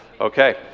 Okay